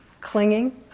clinging